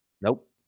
Nope